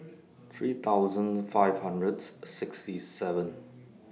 three thousand five hundred sixty seven